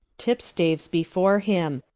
tipstaues before him,